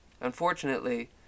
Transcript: Unfortunately